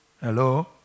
Hello